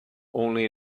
only